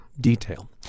Detail